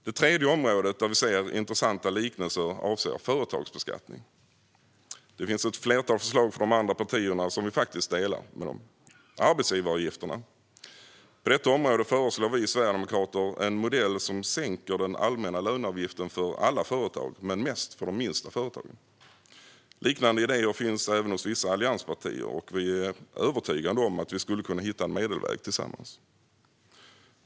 Det tredje området där vi ser intressanta likheter avser företagsbeskattning. Det finns ett flertal förslag från de andra partierna som vi faktiskt håller med om. På området som gäller arbetsgivaravgifterna föreslår vi sverigedemokrater en modell där man sänker den allmänna löneavgiften för alla företag, men mest för de minsta företagen. Liknande idéer finns hos vissa allianspartier. Vi är övertygade om att vi skulle kunna hitta en medelväg tillsammans.